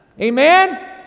Amen